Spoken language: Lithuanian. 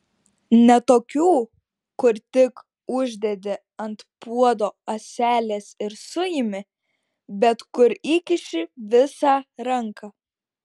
ne tokių kur tik uždedi ant puodo ąselės ir suimi bet kur įkiši visą ranką